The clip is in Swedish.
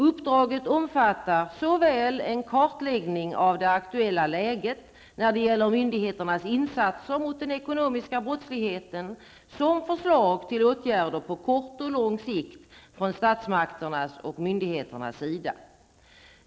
Uppdraget omfattar såväl en kartläggning av det aktuella läget när det gäller myndigheternas insatser mot den ekonomiska brottsligheten som förslag till åtgärder på kort och lång sikt från statsmakternas och myndigheternas sida.